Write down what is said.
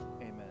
Amen